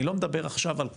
אני לא מדבר עכשיו על הכל.